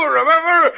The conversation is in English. remember